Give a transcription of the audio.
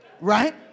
Right